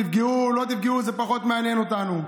תפגעו, לא תפגעו, זה פחות מעניין אותנו.